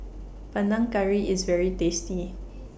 Panang Curry IS very tasty